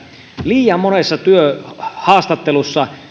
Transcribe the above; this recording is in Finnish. liian monessa työhaastattelussa